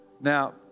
Now